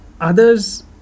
others